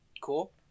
Cool